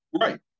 Right